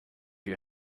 you